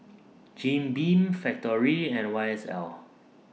Jim Beam Factorie and Y S L